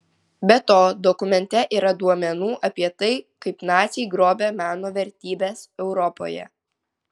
be to dokumente yra duomenų apie tai kaip naciai grobė meno vertybes europoje